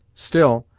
still,